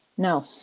No